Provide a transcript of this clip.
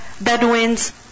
Bedouins